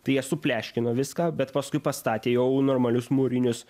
tai jie supleškino viską bet paskui pastatė jau normalius mūrinius